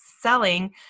selling